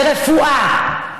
לרפואה.